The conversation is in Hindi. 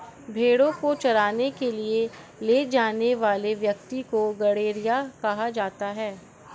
भेंड़ों को चराने के लिए ले जाने वाले व्यक्ति को गड़ेरिया कहा जाता है